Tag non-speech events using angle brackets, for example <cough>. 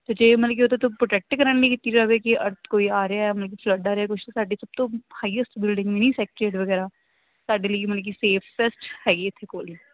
ਅਤੇ ਜੇ ਮਤਲਬ ਕਿ ਉਹਦੇ ਤੋਂ ਪ੍ਰੋਟੈਕਟ ਕਰਨ ਲਈ ਕੀਤੀ ਜਾਵੇ ਕਿ ਕੋਈ ਆ ਰਿਹਾ ਮਤਲਬ ਕਿ ਫਲੱਡ ਆ ਰਿਹਾ ਜਾਂ ਕੁਛ ਸਾਡੇ ਸਭ ਤੋਂ ਹਾਈਐਸਟ ਬਿਲਡਿੰਗ ਵੀ <unintelligible> ਵਗੈਰਾ ਸਾਡੇ ਲਈ ਮਤਲਬ ਕਿ ਸੇਫਏਸਟ ਹੈਗੀ ਇੱਥੇ ਕੋਲ ਹੀ